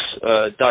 dot